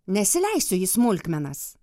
nesileisiu į smulkmenas